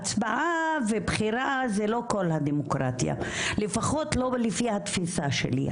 ההצבעה והבחירה זה לא כל הדמוקרטיה לפחות לא לפי התפיסה שלי,